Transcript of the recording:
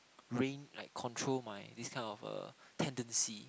reign like control my this kind of uh tendency